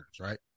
right